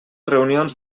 reunions